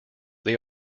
they